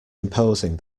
imposing